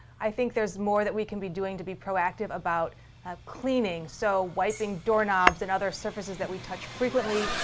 i think there's more that we can be doing to be proactive about ah cleaning. so wiping doorknobs and other surfaces that we touch frequently.